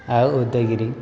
ଆଉ ଉଦୟଗିରି